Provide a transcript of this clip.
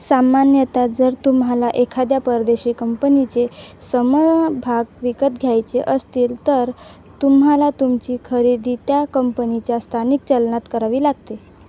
सामान्यतः जर तुम्हाला एखाद्या परदेशी कंपनीचे सम भाग विकत घ्यायचे असतील तर तुम्हाला तुमची खरेदी त्या कंपनीच्या स्थानिक चलनात करावी लागते